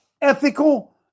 ethical